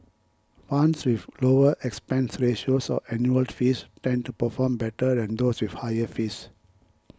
funds with lower expense ratios or annual fees tend to perform better than those with higher fees